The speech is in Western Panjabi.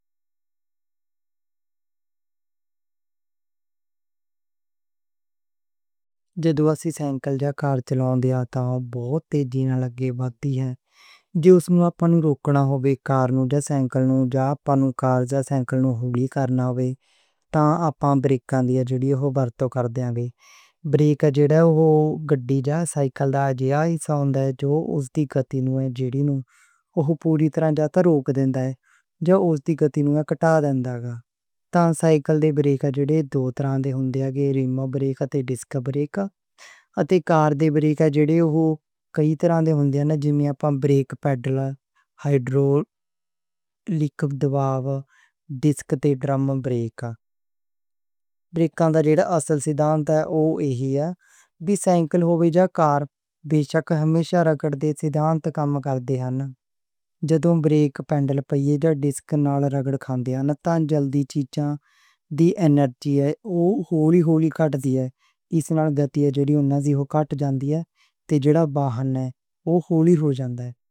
جدوں اسی سائیکل یا کار چلاؤندے ہاں، تاں بہت تیزی لگے باتی ہاں۔ جے اس نوں آپ نوں روکنا ہے گا کار یا سائیکل نوں یا، آپ نوں کار یا سائیکل نوں ہولی کرنا ہے گا، تاں آپاں بریکّاں دیاں جڑیاں اوہ ورتوں کر دیں گے۔ بریکّاں دیاں جڑیاں اوہ گاڑی یا، سائیکل یا ایسا ہوندا ہے جو اس دی گتی نوں جڑی نوں پوری طرح یا تاں روک دیں گے، یا اس دی گتی نوں کٹا دیں گے۔ تاں سائیکل دے بریک ہے جڑے دو طرحاں دے ہندے ہاں، رِم بریک اتے ڈِسک بریک، اتے کار دے بریک ہے جڑے او کئی طرحاں دے ہندے ہاں، جِمیں آپاں brake pedal, hydraulic pressure, disk تے ڈرم بریک، بریک پیڈل، پہیے، جڑے ڈسک نال رگڑ کھان دے ہاں۔ تاں جلدی چیزاں دی انرجی اوہ ہولی ہولی کٹ دی ہے، اس نال گتی جڑی انہاں دی اوہ کٹ جاندی ہے، تے جڑا واہن ہے، اوہ ہولی ہو جاندے ہاں۔